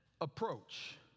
approach